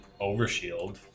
overshield